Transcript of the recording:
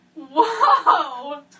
Whoa